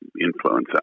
influence